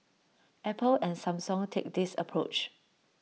Apple and Samsung take this approach